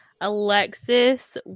alexis